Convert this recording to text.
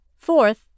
fourth